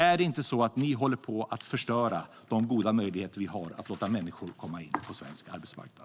Är det inte så att ni håller på att förstöra de goda möjligheter vi har att låta människor komma in på svensk arbetsmarknad?